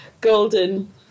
golden